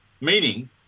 meaning